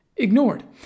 ignored